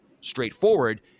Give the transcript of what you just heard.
straightforward